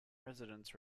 residents